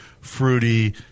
fruity